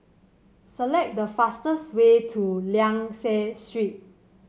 select the fastest way to Liang Seah Street